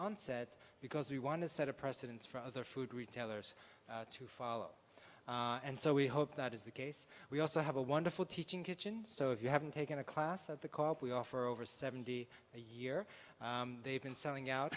onset because we want to set a precedence for other food retailers to follow and so we hope that is the case we also have a wonderful teaching kitchen so if you haven't taken a class at the call we offer over seventy a year they've been selling out